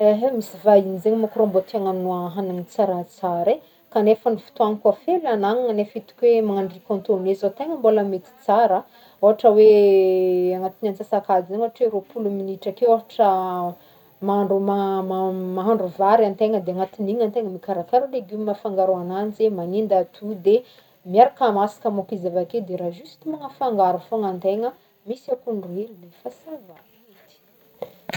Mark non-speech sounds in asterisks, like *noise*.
Ehe, misy vahigny zegny ma rô mbô te hagnagno *hesitation* hanigny tsaratsara e kanefa ny fotoagna koa efa hely agnanagna nefa hitako hoe magnagno riz cantonnais zegny tegna mbola mety tsara ohatra hoe agnatin'ny antsasakadigny eo ohatra hoe roapolo minitra ake ohatra mahandro- ma-ma- mahandro antegna de agnatin'igny antegna mikarakara legume afangaro agnanjy e, magnendy atody e,miaraka masaka môkîzy avake de raha juste magnafangaro fogna antegna misy akondro hely de fa ça va, mety.